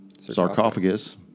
Sarcophagus